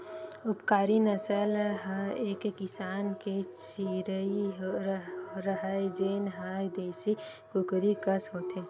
उपकारी नसल ह एक किसम के चिरई हरय जेन ह देसी कुकरा कस होथे